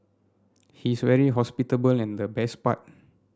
he's very hospitable and the best part